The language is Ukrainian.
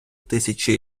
тисячі